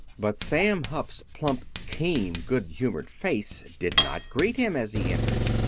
but sam hupp's plump, keen, good-humored face did not greet him as he entered.